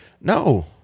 No